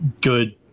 good